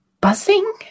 Buzzing